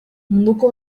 munduko